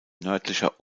nördlicher